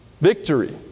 victory